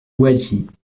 louwagie